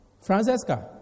francesca